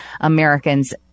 Americans